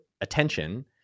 attention